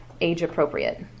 age-appropriate